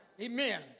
Amen